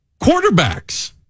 Quarterbacks